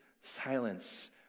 silence